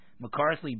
McCarthy